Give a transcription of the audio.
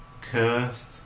Cursed